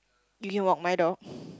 you didn't walk my dog